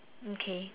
okay